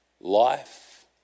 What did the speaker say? Life